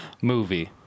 movie